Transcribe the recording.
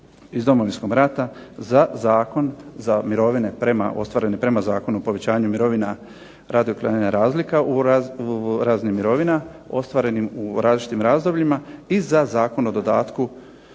iz Domovinskog rata, za Zakon za mirovine ostvareni prema Zakonu o povećanju mirovina radi uklanjanja razlika u razini mirovina ostvarenim u različitim razdobljima i za Zakon o dodatku